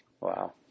Wow